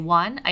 one